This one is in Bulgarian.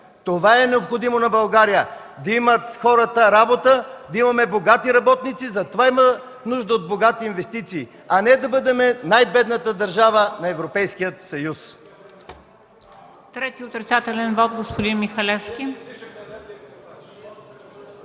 Това е необходимо на България – да имат хората работа, да имаме богати работници, а затова има нужда от богати инвестиции. А не да бъдем най-бедната държава на Европейския съюз.